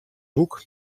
boek